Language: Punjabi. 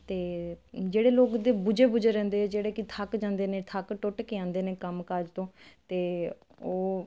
ਤੇ ਜਿਹੜੇ ਲੋਕ ਦੇ ਬੁਝੇ ਬੁਝੇ ਰਹਿੰਦੇ ਜਿਹੜੇ ਕਿ ਥੱਕ ਜਾਂਦੇ ਨੇ ਥੱਕ ਟੁੱਟ ਕੇ ਆਉਂਦੇ ਨੇ ਕੰਮਕਾਜ ਤੋਂ ਤੇ ਉਹ